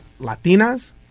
latinas